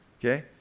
okay